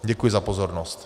Děkuji za pozornost.